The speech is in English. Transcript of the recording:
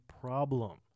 problem